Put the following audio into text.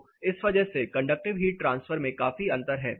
तो इस वजह से कंडक्टिव हीट ट्रांसफर में काफी अंतर है